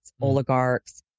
oligarchs